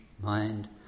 mind